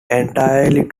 entirely